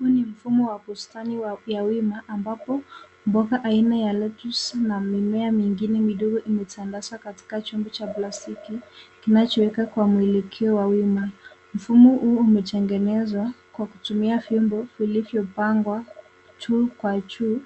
Huu ni mfumo wa bustani ya wima ambapo mboga aina ya lettuce na mimea mingine midogo imetandazwa katika chombo cha plastiki kinachowekwa kwa mwelekeo wa umma. Mfumo huu umetengenezwa kwa kutumia vyombo vilivyopangwa juu kwa juu